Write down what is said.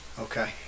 Okay